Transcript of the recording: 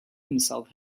himself